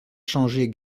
changée